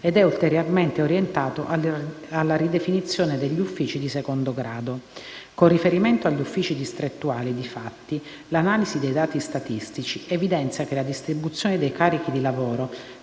ed è ulteriormente orientato alla ridefinizione degli uffici di secondo grado. Con riferimento agli uffici distrettuali, infatti, l'analisi dei dati statistici evidenzia che la distribuzione dei carichi di lavoro